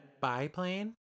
biplane